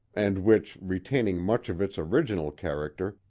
and which, retaining much of its original character,